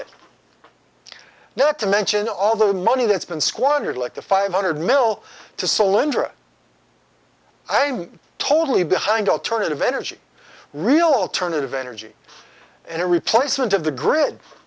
it not to mention all the money that's been squandered like the five hundred mil to cylindrical i totally behind alternative energy real alternative energy and a replacement of the grid